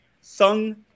Sung